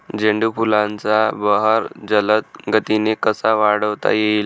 झेंडू फुलांचा बहर जलद गतीने कसा वाढवता येईल?